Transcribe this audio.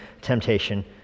temptation